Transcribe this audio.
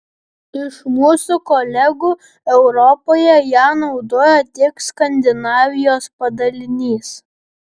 iš mūsų kolegų europoje ją naudoja tik skandinavijos padalinys